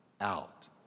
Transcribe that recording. out